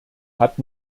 hat